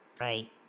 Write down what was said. right